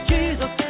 Jesus